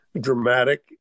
dramatic